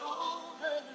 over